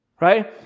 right